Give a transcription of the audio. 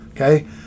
okay